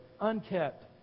unkept